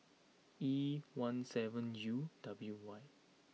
E one seven U W Y